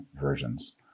versions